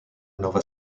nova